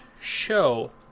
show